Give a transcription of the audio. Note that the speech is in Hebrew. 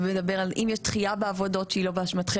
שמדבר על מצב שבו יש דחייה בעבודות שהיא לא באשמתכם,